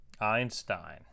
Einstein